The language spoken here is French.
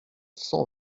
cent